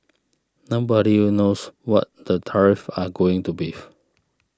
nobody knows what the tariffs are going to beef